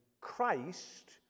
Christ